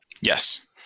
Yes